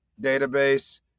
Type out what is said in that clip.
database